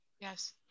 Yes